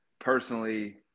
personally